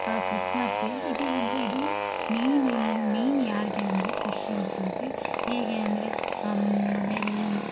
Christmas day ಇದೇನಂದರೆ ಇದು main ಏನು ಮೈನ್ ಯಾರಿಗೆ ಅಂದರೆ ಕ್ರಿಶ್ಚಿಯನ್ಸ್ ಅವ್ರಿಗೆ ಹೇಗೆ ಅಂದರೆ ಮನೆಯಲ್ಲಿ